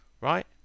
Right